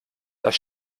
das